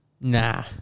Nah